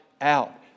out